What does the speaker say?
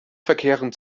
verkehren